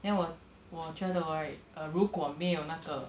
then 我我觉得的 right err 如如果有那个